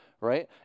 right